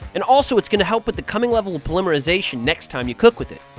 and also it's going to help with the coming level of polymerization next time you cook with it.